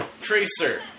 Tracer